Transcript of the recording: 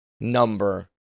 number